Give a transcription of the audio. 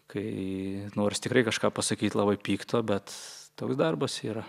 kai noris tikrai kažką pasakyt labai pykto bet toks darbas yra